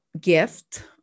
gift